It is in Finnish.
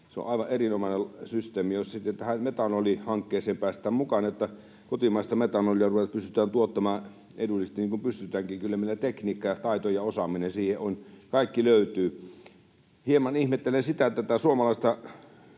Se on aivan erinomainen systeemi, jos sitten tähän metanolihankkeeseen päästään mukaan, että kotimaista metanolia pystytään tuottamaan edullisesti, niin kuin pystytäänkin. Kyllä meillä tekniikka, taito ja osaaminen siihen on, kaikki löytyy. Hieman ihmettelen tätä suomalaista